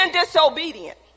disobedient